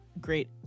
great